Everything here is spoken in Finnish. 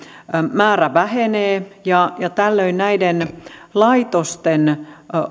määrä vähenee tällöin näiden laitosten